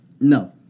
No